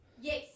Yes